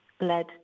led